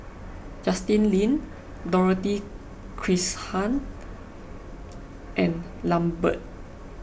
Justin Lean Dorothy Krishnan and Lambert